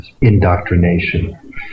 indoctrination